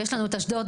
ויש לנו את אשדוד.